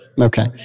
Okay